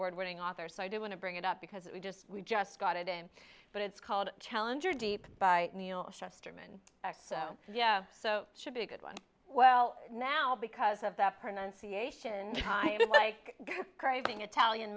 word winning author so i do want to bring it up because we just we just got it in but it's called challenger deep by neil shusterman so it should be a good one well now because of that pronunciation kind of like craving italian